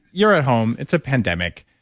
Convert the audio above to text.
you're at home, it's a pandemic,